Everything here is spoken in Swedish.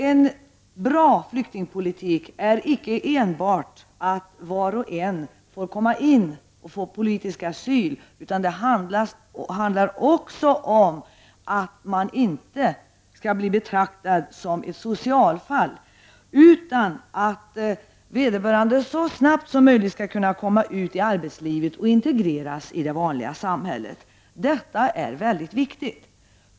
En bra flyktingpolitik är inte enbart detsamma som att var och en får komma in i landet och ges politisk asyl; det handlar också om att man inte skall bli betraktad som ett socialfall. Vederbörande skall så snart som möjligt komma ut i arbetslivet och integreras i det vanliga samhället. Detta är mycket viktigt!